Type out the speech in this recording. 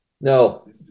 No